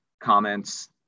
comments